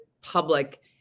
public